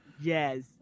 Yes